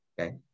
Okay